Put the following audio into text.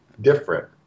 different